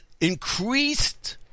increased